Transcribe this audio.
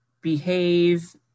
behave